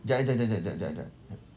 jap eh jap jap jap jap jap